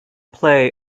play